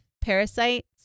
parasites